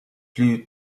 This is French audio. plus